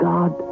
God